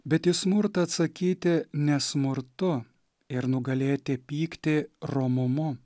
bet į smurtą atsakyti ne smurtu ir nugalėti pykti romumu